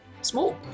small